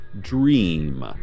dream